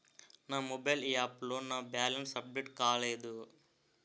నా mobile app లో నా బ్యాలెన్స్ అప్డేట్ కాలేదు